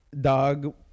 dog